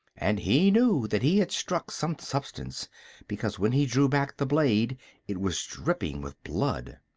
and he knew that he had struck some substance because when he drew back the blade it was dripping with blood.